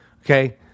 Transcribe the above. Okay